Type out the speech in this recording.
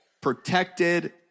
protected